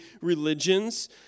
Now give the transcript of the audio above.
religions